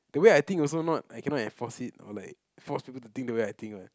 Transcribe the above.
the way I think also not I cannot enforce it or like force people to think the way I think what